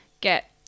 get